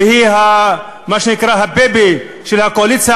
והיא מה שנקרא הבייבי של הקואליציה,